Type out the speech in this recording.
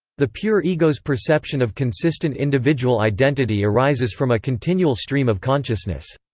the pure ego's perception of consistent individual identity arises from a continual stream of consciousness.